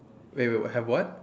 wait wait have what